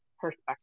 perspective